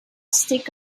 stick